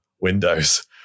Windows